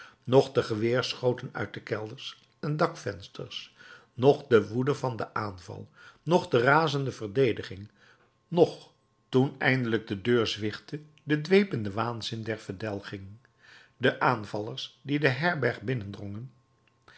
noch de geweerschoten uit de kelders en dakvensters noch de woede van den aanval noch de razende verdediging noch toen eindelijk de deur zwichtte de dwepende waanzin der verdelging de aanvallers die de herberg binnendrongen